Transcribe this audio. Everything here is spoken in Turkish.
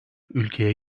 ülkeye